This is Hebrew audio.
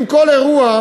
אם כל אירוע,